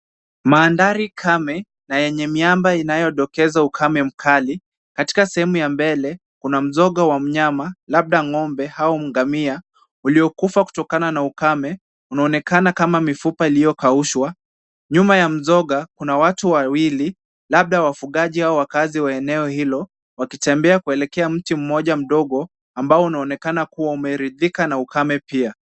Mandhari kame na yenye miamba inayodokeza ukame mkali. Katika sehemu ya mbele, kuna mzoga wa mnyama labda ng'ombe au ngamia aliyekufa kutokana na ukame unaonekana kama mifupa iliyokaushwa. Nyuma ya mzoga kuna watu wawili labda wafugaji au wakaazi wa eneo hilo wakitembea kuelekea mti mmoja mdogo unaoonekana umeathirika na ukame pia.